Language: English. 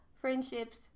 Friendships